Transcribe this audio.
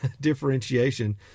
differentiation